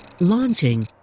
Launching